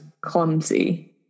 clumsy